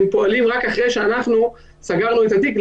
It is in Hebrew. הם פועלים רק אחרי שאנחנו סגרנו את התיק.